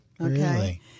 Okay